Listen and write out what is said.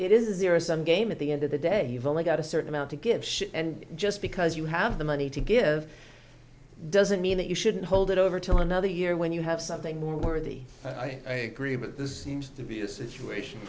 it it is it is a zero sum game at the end of the day you've only got a certain amount to give shit and just because you have the money to give doesn't mean that you shouldn't hold it over till another year when you have something more worthy and i agree but this seems to be a situation